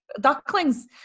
Ducklings